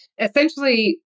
Essentially